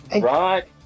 right